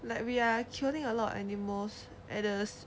like we are killing a lot of animals at the